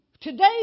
Today